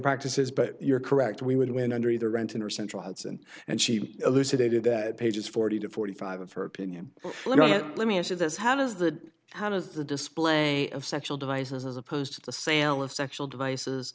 practices but you're correct we would win under either renton or central hudson and she elucidated that pages forty to forty five of her opinion let me ask you this how does that how does the display of sexual devices as opposed to the sale of sexual devices